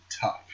tough